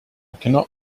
cannot